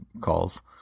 calls